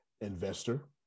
Investor